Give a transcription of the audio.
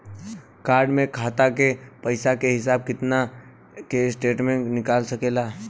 Card से खाता के पइसा के हिसाब किताब के स्टेटमेंट निकल सकेलऽ?